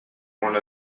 one